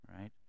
right